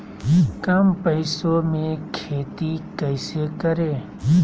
कम पैसों में खेती कैसे करें?